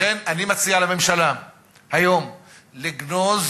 לכן אני מציע לממשלה היום לגנוז